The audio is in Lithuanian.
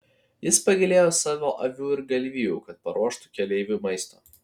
jis pagailėjo savo avių ir galvijų kad paruoštų keleiviui maisto